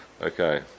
Okay